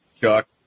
Chuck